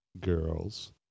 girls